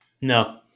No